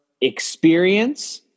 experience